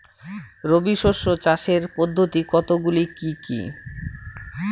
রবি শস্য চাষের পদ্ধতি কতগুলি কি কি?